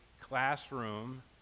classroom